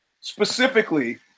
specifically